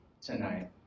tonight